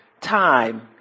time